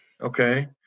okay